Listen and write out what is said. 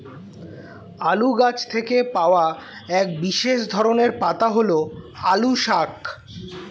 আলু গাছ থেকে পাওয়া এক বিশেষ ধরনের পাতা হল আলু শাক